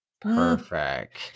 Perfect